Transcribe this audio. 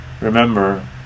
remember